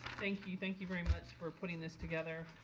thank you. thank you very much for putting this together.